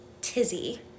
tizzy